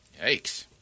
Yikes